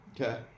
Okay